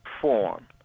form